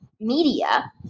media